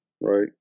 right